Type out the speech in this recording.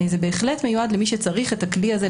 זה בהחלט מיועד למי שצריך את הכלי הזה,